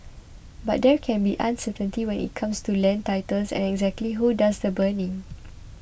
but there can be uncertainty when it comes to land titles and exactly who does the burning